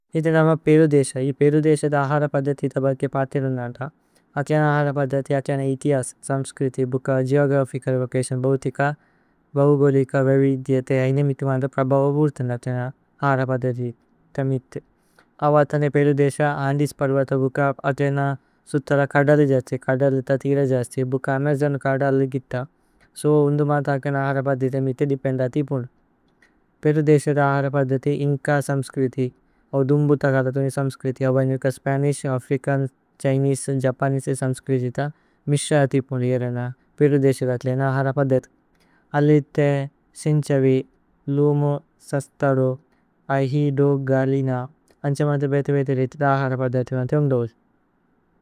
പേരു ദേസ, ഇ പേരു ദേസ ദ അഹര പദ്ദതി തബല്തേ പര്തേലനന്ദ। അഥേന അഹര പദ്ദതി അഥേന ഇതിഅസ, സമ്സ്ക്രിതി, ബുക, ഗേഓഗ്രഫിചല് വോചതിഓന്, ബോതിക, ബൌഗോദിക, വേവിദ്യതേ, ഐന മിതുമന്ദ പ്രബവവുര്ഥന അഥേന അഹര പദ്ദതി തമിത്। ഹവ അഥേന പേരു ദേസ, അന്ദിസ് പര്വത ബുക, അഥേന സുതല കദല ജസ്തി, കദല തതില ജസ്തി, ബുക, അമജോന് കദല ഗിത, സോ ഉന്ദുമന്ത അഥേന അഹര പദ്ദതി തമിത് ദേപേന്ദതി പുന്। പേരു ദേസ ദ അഹര പദ്ദതി ഇന്ക സമ്സ്ക്രിതി, ഹവോ ദുമ്ബുത കദല തുലി സമ്സ്ക്രിതി, ഹവ ഇനുക സ്പനിശ്, അഫ്രിചന്, ഛിനേസേ, ജപനേസേ സമ്സ്ക്രിതി ത, മിശതി പുനിഏരന പേരു ദേസ ദ അഥേന അഹര പദ്ദതി। ഹലിതേ, സിന്ഛവി, ലുമോ, സസ്തദു, അഹിദോ, ഗലിന, ഉന്ദുമന്ത ബേതേ ബേതേ രിതി ദ അഹര പദ്ദതി മന്തേ ഉന്ദുവുലു।